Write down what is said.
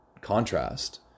contrast